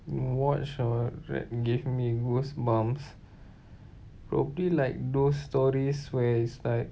watch or read gave me goosebumps probably like those stories where is like